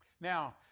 Now